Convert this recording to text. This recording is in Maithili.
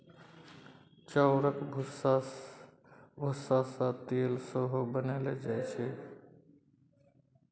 चाउरक भुस्सा सँ तेल सेहो बनाएल जाइ छै